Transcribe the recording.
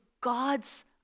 God's